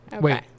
Wait